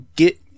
get